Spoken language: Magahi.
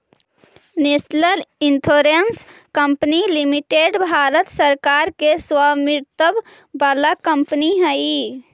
national insurance company limited Bharat सरकार के स्वामित्व वाला कंपनी हई